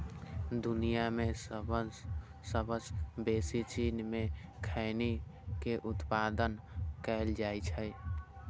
दुनिया मे सबसं बेसी चीन मे खैनी के उत्पादन कैल जाइ छै